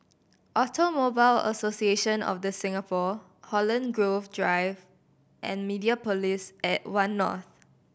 Automobile Association of The Singapore Holland Grove Drive and Mediapolis at One North